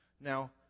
Now